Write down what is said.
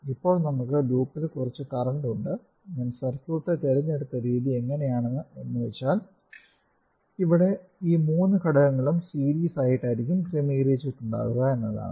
ഇപ്പോൾ നമുക്ക് ലൂപ്പിൽ കുറച്ച് കറന്റ് ഉണ്ട് ഞാൻ സർക്യൂട്ട് തിരഞ്ഞെടുത്ത രീതി എങ്ങിനെയാണെന്ന് വെച്ചാൽ ഇവിടെ ഈ മൂന്ന് ഘടകങ്ങളും സീരീസ് ആയിട്ടായിരിക്കും ക്രമീകരിച്ചിട്ടുണ്ടാവുക എന്നതാണ്